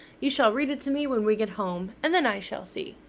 you shall read it to me when we get home, and then i shall see.